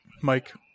Mike